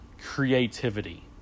creativity